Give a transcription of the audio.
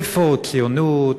איפה ציונות?